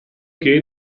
che